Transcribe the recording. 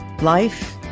life